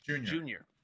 Junior